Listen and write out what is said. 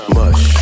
mush